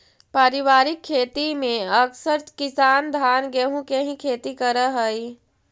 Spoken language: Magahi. पारिवारिक खेती में अकसर किसान धान गेहूँ के ही खेती करऽ हइ